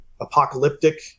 apocalyptic